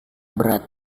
berat